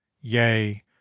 yea